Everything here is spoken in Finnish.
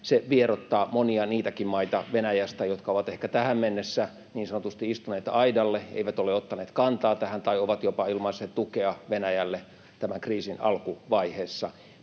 Venäjästä monia niitäkin maita, jotka ovat ehkä tähän mennessä niin sanotusti istuneet aidalla, eivät ole ottaneet kantaa tähän tai ovat jopa ilmaisseet tukea Venäjälle tämän kriisin alkuvaiheessa.